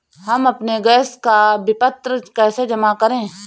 हम अपने गैस का विपत्र कैसे जमा करें?